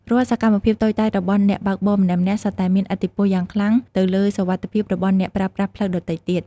រាល់សកម្មភាពតូចតាចរបស់អ្នកបើកបរម្នាក់ៗសុទ្ធតែមានឥទ្ធិពលយ៉ាងខ្លាំងទៅលើសុវត្ថិភាពរបស់អ្នកប្រើប្រាស់ផ្លូវដ៏ទៃទៀត។